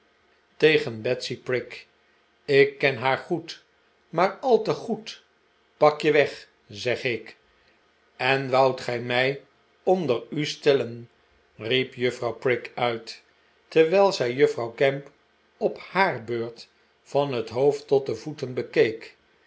tegen betsy prig ik ken haar goed maar al te goed pak je weg zeg ikl en woudt gij mij onder u stellen riep juffrouw prig uit terwijl zij juffrouw gamp op haar beurt van het hoofd tot de voeten bekeek